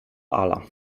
ala